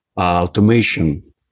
automation